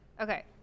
Okay